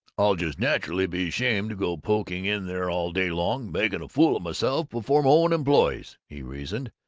i'll just naturally be ashamed to go poking in there all day long, making a fool of myself before my own employees! he reasoned.